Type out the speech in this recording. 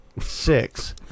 six